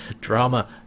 drama